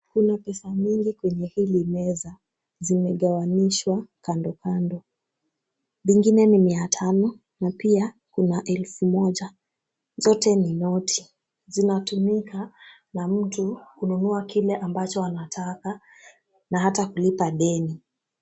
Kuna pesa mingi kwenye hili meza, zimegawanyishwa kando kando, ingine ni mia tano na pia kuna elfu moja. Zote ni noti. Zinatumika na mtu kununua kile ambacho anataka na hata kulipa deni.